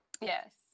Yes